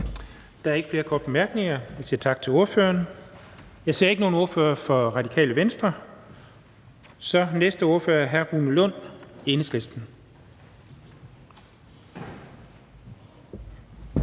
Der er ikke flere korte bemærkninger. Vi siger tak til ordføreren. Jeg ser ikke nogen ordfører for Radikale Venstre, så den næste ordfører er hr. Rune Lund, Enhedslisten.